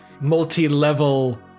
Multi-level